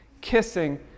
kissing